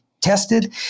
tested